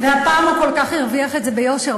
והפעם הוא כל כך הרוויח את זה ביושר.